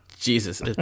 Jesus